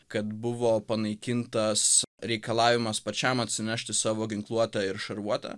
kad buvo panaikintas reikalavimas pačiam atsinešti savo ginkluotę ir šarvuotę